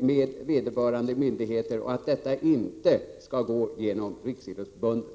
med vederbörande myndigheter och att detta inte skall gå genom Riksidrottsförbundet.